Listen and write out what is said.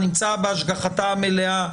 נמצא בהשגחתה המלאה,